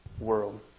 world